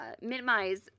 minimize